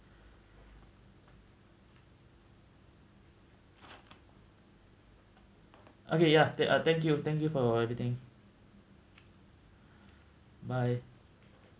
okay ya that ah thank you thank you for everything bye